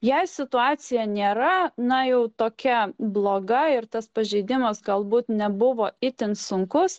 jei situacija nėra na jau tokia bloga ir tas pažeidimas galbūt nebuvo itin sunkus